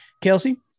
Kelsey